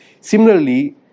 Similarly